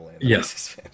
Yes